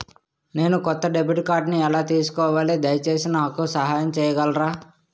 నేను కొత్త డెబిట్ కార్డ్ని ఎలా తీసుకోవాలి, దయచేసి నాకు సహాయం చేయగలరా?